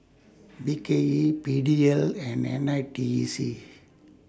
B K E P D L and N I T E C